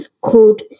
called